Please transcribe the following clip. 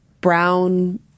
brown